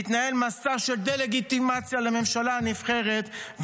מתנהל מסע של דה-לגיטימציה לממשלה הנבחרת.